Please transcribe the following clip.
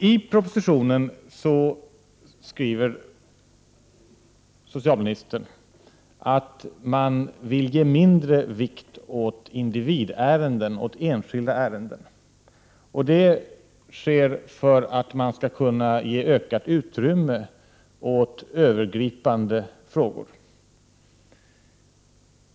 Socialministern skriver i propositionen att man vill ge mindre vikt åt enskilda ärenden. Detta skall ske för att man skall kunna ge ett ökat utrymme åt övergripande frågor.